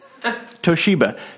Toshiba